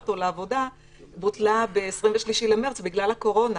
אותו לעבודה בוטלה ב-23 במרץ בגלל הקורונה,